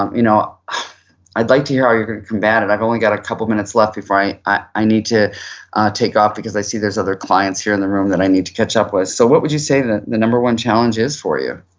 um you know i'd like to hear how you combat it, i've only got a couple of minutes left before i i need to take off because i see there's other clients here in the room that i need to catch up with. so what would you say the the number one challenge is for you?